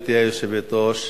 גברתי היושבת-ראש,